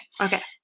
Okay